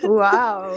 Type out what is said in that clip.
wow